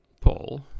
Paul